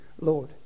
Lord